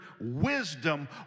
wisdom